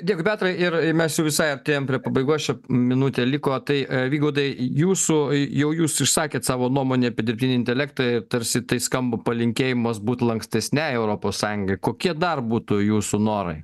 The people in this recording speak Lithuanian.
dėkui petrai ir ir mes jau visai artėjam prie pabaigos čia minutė liko tai vygaudai jūsų jau jūs išsakėt savo nuomonę apie dirbtinį intelektą ir tarsi tai skamba palinkėjimas būt lankstesniai europos sąjungai kokie dar būtų jūsų norai